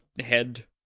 head